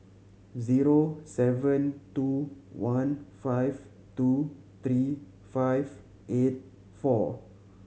zero seven two one five two three five eight four